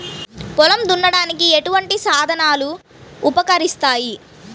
పొలం దున్నడానికి ఎటువంటి సాధనాలు ఉపకరిస్తాయి?